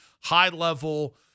high-level